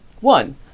One